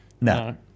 No